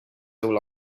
all